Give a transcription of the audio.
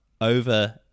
over